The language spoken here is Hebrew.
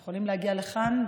אנחנו יכולים להגיע לכאן.